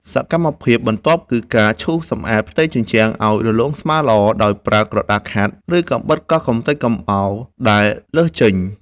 សកម្មភាពបន្ទាប់គឺការឈូសសម្អាតផ្ទៃជញ្ជាំងឱ្យរលោងស្មើល្អ ដោយប្រើក្រដាសខាត់ ឬកាំបិតកោសកម្ទេចកំបោរដែលលើសចេញ។